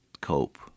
cope